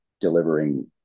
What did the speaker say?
delivering